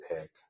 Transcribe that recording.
pick